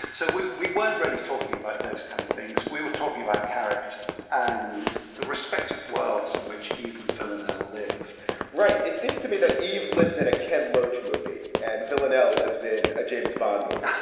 so we we weren't really talking about those kind of things. we were talking about character and the respective worlds in which even villanelle live right. it seems to me that eve lives in a ken loach movie and villanelle lives in a james bond movie,